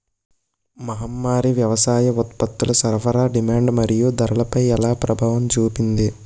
మహమ్మారి వ్యవసాయ ఉత్పత్తుల సరఫరా డిమాండ్ మరియు ధరలపై ఎలా ప్రభావం చూపింది?